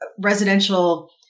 residential